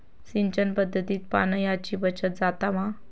सिंचन पध्दतीत पाणयाची बचत जाता मा?